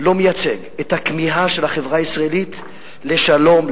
לא מייצג את הכמיהה של החברה הישראלית לשלום,